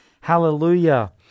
hallelujah